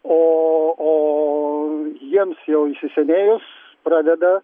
o o jiems jau įsisenėjus pradeda